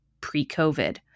pre-COVID